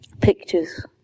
pictures